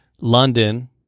London